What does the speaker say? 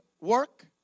work